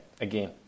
again